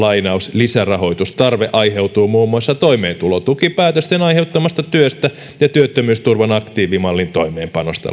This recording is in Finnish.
lisärahoitustarve aiheutuu muun muassa toimeentulotukipäätösten aiheuttamasta työstä ja työttömyysturvan aktiivimallin toimeenpanosta